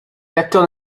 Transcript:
acteurs